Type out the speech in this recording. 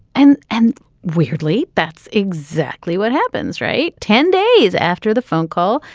and and weirdly, that's exactly what happens, right ten days after the phone call.